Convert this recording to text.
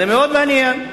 זה מאוד מעניין.